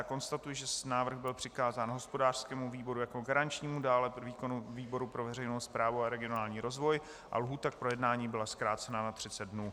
Konstatuji, že návrh byl přikázán hospodářskému výboru jako garančnímu, dále výboru pro veřejnou správu a regionální rozvoj a lhůta k projednání byla zkrácena na třicet dnů.